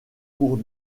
cours